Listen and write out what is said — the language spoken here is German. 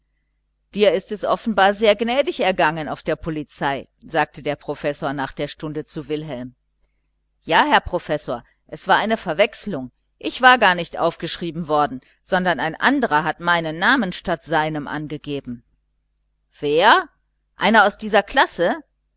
dir ist es offenbar gnädig gegangen auf der polizei sagte der professor nach der stunde zu wilhelm ja herr professor es war eine verwechslung ich war gar nicht aufgeschrieben worden ein anderer hat meinen namen statt seinem angegeben wer einer aus meiner klasse